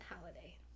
holiday